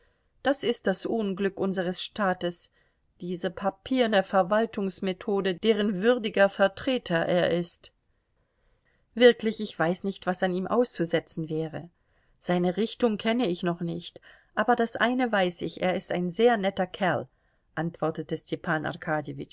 das ist das unglück unseres staates diese papierne verwaltungsmethode deren würdiger vertreter er ist wirklich ich weiß nicht was an ihm auszusetzen wäre seine richtung kenne ich noch nicht aber das eine weiß ich er ist ein sehr netter kerl antwortete stepan